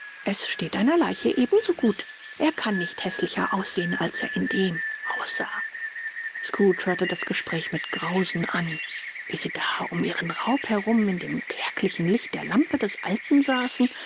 es steht einer leiche ebenso gut er kann nicht häßlicher aussehen als er in dem aussah scrooge hörte das gespräch mit grausen an wie sie da um ihren raub herum in dem kärglichen licht der lampe des alten saßen